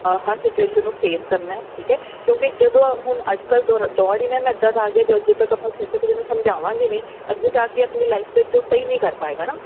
ਹਰ situation ਨੂੰ face ਕਰਨਾ ਠੀਕ ਹ ਕਿਉਂਕਿ ਜਦੋਂ ਹੁਣ ਅੱਜਕੱਲ ਦੌਰ ਹੀ ਮੈਂ ਇਦਾਂ ਦਾ ਆ ਗਿਆ ਜ ਜਦੋਂ ਤੱਕ ਆਪਾਂ ਛੋਟੇ ਬੱਚੇ ਨੂੰ ਸਮਝਾਵਾਂਗੇ ਨਹੀਂ ਅੱਗੇ ਜਾ ਕੇ ਆਪਣੀ ਲਾਈਫ ਵਿੱਚ ਉਹ ਸਹੀ ਨਹੀਂ ਕਰ ਪਾਏਗਾ ਨਾ